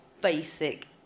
basic